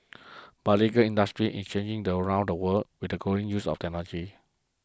but the legal industry is changing the around the world with the growing use of